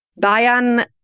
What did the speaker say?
Bayern